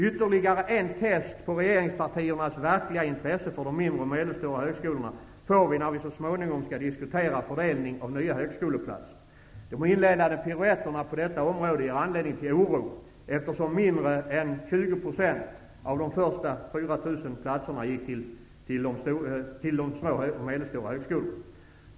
Ytterligare en test på regeringspartiernas verkliga intresse för de mindre och medelstora högskolorna får vi när vi så småningom skall diskutera fördelning av nya högskoleplatser. De inledande piruetterna på detta område ger anledning till oro, eftersom mindre än 20 % av de första 4 000 platserna gick till de små och medelstora högskolorna.